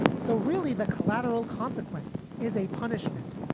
so really, the collateral consequence is a punishment,